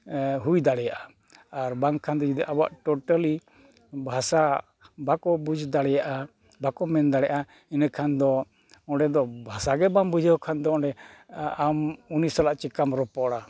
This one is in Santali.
ᱦᱩᱭ ᱫᱟᱲᱮᱭᱟᱜ ᱟᱨ ᱵᱟᱝ ᱠᱷᱟᱱ ᱫᱚ ᱡᱩᱫᱤ ᱟᱵᱚᱣᱟᱜ ᱴᱳᱴᱟᱞᱤ ᱵᱷᱟᱥᱟ ᱵᱟᱠᱚ ᱵᱩᱡᱽ ᱫᱟᱲᱮᱭᱟᱜᱼᱟ ᱵᱟᱠᱚ ᱢᱮᱱ ᱫᱟᱲᱮᱭᱟᱜᱼᱟ ᱤᱱᱟᱹ ᱠᱷᱟᱱ ᱫᱚ ᱚᱸᱰᱮ ᱫᱚ ᱵᱷᱟᱥᱟ ᱜᱮ ᱵᱟᱢ ᱵᱩᱡᱷᱟᱹᱣ ᱠᱷᱟᱱ ᱫᱚ ᱚᱸᱰᱮ ᱟᱢ ᱩᱱᱤ ᱥᱟᱞᱟᱜ ᱪᱤᱠᱟᱹᱢ ᱨᱚᱯᱚᱲᱟ